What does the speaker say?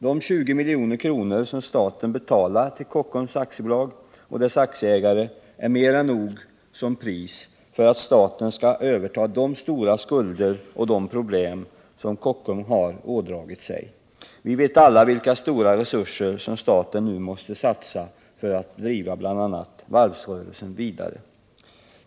De 20 milj.kr. som staten betalar till Kockums AB och dess aktieägare är mer än nog som pris för att staten skall överta de stora skulder och de problem som Kockums har ådragit sig. Vi vet alla vilka stora resurser som staten nu måste satsa för att driva bl.a. varvsrörelsen vidare.